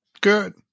Good